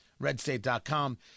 Redstate.com